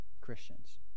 Christians